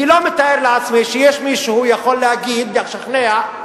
אני לא מתאר לעצמי שיש מישהו שיכול להגיד, לשכנע,